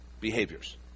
behaviors